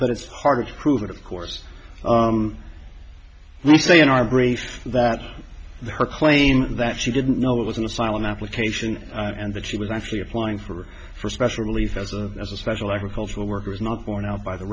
but it's hard to prove it of course i say in our brief that her claim that she didn't know it was an asylum application and that she was actually applying for for special relief as a as a special agricultural worker is not borne out by the